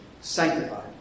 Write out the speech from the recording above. sanctified